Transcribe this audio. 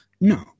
No